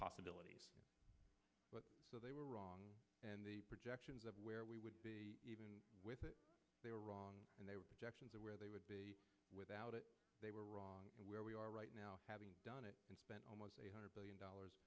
possibilities but they were wrong and the projections of where we would be even with it they were wrong and they were aware they would be without it they were wrong and where we are right now having done it and spent almost eight hundred billion dollars